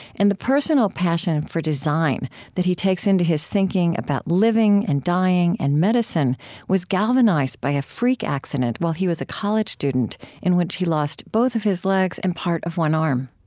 and the personal passion for design that he takes into his thinking about living and dying and medicine was galvanized by a freak accident while he was a college student in which he lost both of his legs and part of one arm